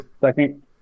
Second